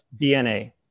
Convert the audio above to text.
DNA